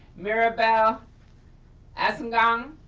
mirabelle assangong.